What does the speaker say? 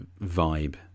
vibe